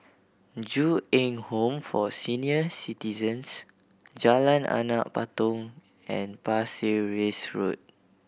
Ju Eng Home for Senior Citizens Jalan Anak Patong and Pasir Ris Road